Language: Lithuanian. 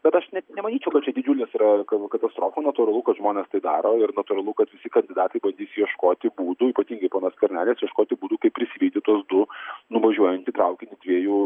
bet aš net nemanyčiau kad čia didžiulis yra katastrofa natūralu kad žmonės tai daro ir natūralu kad visi kandidatai bandys ieškoti būdų ypatingai ponas skvernelis ieškoti būdų kaip prisivyti tuos du nuvažiuojantį traukinį dviejų